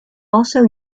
also